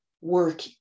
work